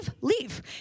leave